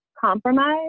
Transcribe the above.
compromise